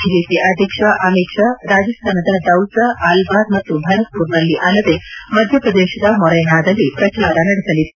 BJP ಅಧ್ಯಕ್ಷ ಅಮಿತ್ ಷಾ ರಾಜಿಸ್ತಾನದ ದೌಸ ಅಲ್ಲಾರ್ ಮತ್ತು ಭರತ್ಪುರ್ನಲ್ಲಿ ಅಲ್ಲದೆ ಮಧ್ಯಪ್ರದೇಶದ ಮೊರೆನಾದಲ್ಲಿ ಪ್ರಚಾರ ನಡೆಸಲಿದ್ದಾರೆ